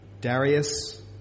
Darius